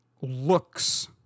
looks